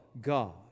God